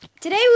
today